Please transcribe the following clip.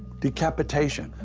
decapitation.